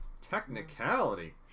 Technicality